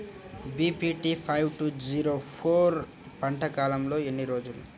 BPT five two zero four పంట కాలంలో ఎన్ని రోజులు?